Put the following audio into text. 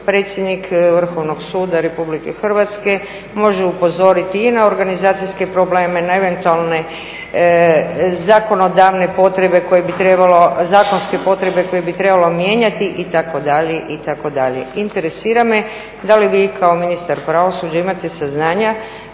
predsjednik Vrhovnog suda RH može upozoriti i na organizacijske probleme, na eventualne zakonodavne potrebe koje bi trebalo mijenjati itd., itd. Interesira me da li vi kao ministar pravosuđa imate saznanja